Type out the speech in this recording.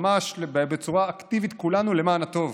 ממש בצורה אקטיבית, כולנו למען הטוב.